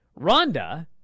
Rhonda